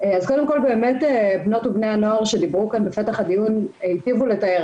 אז קודם כל באמת בנות ובני הנוער שדיברו כאן בפתח הדיון היטיבו לתאר